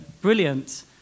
brilliant